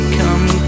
come